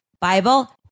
Bible